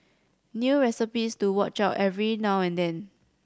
new recipes to watch out for every now and then